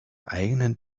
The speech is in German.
eigenen